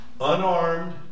unarmed